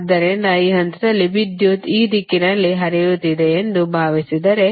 ಆದ್ದರಿಂದ ಈ ಹಂತದಲ್ಲಿ ವಿದ್ಯುತ್ ಈ ದಿಕ್ಕಿನಲ್ಲಿ ಹರಿಯುತ್ತಿದೆ ಎಂದು ಭಾವಿಸಿದರೆ